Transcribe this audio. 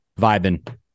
vibing